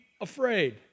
afraid